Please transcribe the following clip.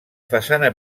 façana